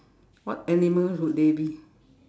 what animals would they be